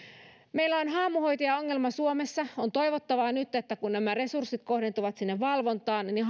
meillä on haamuhoitajaongelma suomessa on toivottavaa että nyt kun nämä resurssit kohdentuvat sinne valvontaan niin